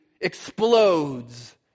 explodes